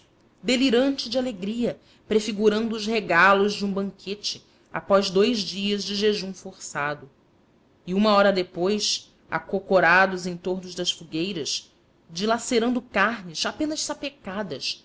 delirante de alegria prefigurando os regalos de um banquete após dous dias de jejum forçado e uma hora depois acocorados em torno das fogueiras dilacerando carnes apenas sapecadas